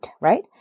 right